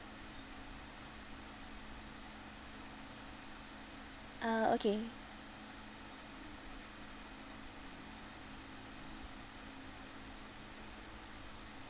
ah okay